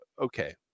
okay